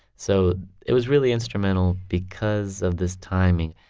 so it was really instrumental because of this timing.